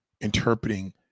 interpreting